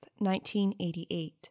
1988